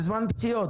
זה זמן פציעות,